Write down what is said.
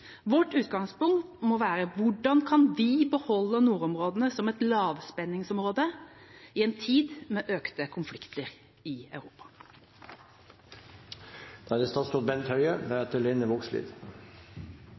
Vårt utgangspunkt må være: Hvordan kan vi beholde nordområdene som et lavspenningsområde i en tid med økte konflikter i Europa?